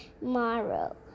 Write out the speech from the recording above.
tomorrow